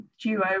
duo